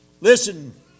Listen